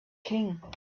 king